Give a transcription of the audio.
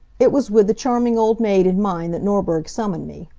it was with the charming old maid in mind that norberg summoned me.